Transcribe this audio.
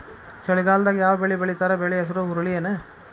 ಚಳಿಗಾಲದಾಗ್ ಯಾವ್ ಬೆಳಿ ಬೆಳಿತಾರ, ಬೆಳಿ ಹೆಸರು ಹುರುಳಿ ಏನ್?